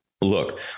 look